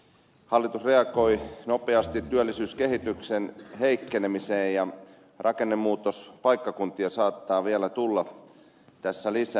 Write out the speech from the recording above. hallitus reagoi nopeasti työllisyyskehityksen heikkenemiseen ja rakennemuutospaikkakuntia saattaa vielä tulla tässä lisää